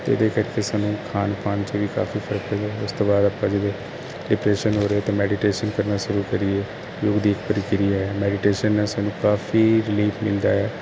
ਤੇ ਇਹਦੇ ਕਰਕੇ ਸਾਨੂੰ ਖਾਣ ਪਾਣ 'ਚ ਵੀ ਕਾਫੀ ਫਰਕ ਉਸਤੋਂ ਬਾਅਦ ਆਪਾਂ ਜਿਵੇਂ ਡਿਪਰੈਸ਼ਨ ਹੋ ਰਿਹਾ ਤਾਂ ਮੈਡੀਟੇਸ਼ਨ ਕਰਨਾ ਸ਼ੁਰੂ ਕਰੀਏ ਮੈਡੀਟੇਸ਼ਨ ਨਾਲ ਸਾਨੂੰ ਕਾਫੀ ਰਿਲੀਫ ਮਿਲਦਾ